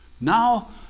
Now